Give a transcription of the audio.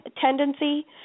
tendency